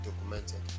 documented